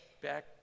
back